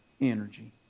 energy